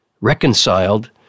reconciled